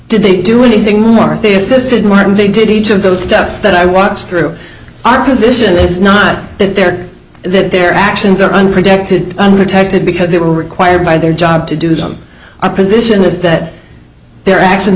did they do anything mark they assisted martin they did each of those steps that i watched through our position is not that their that their actions are unprotected and protected because they were required by their job to do them a position is that their actions